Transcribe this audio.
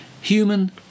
Human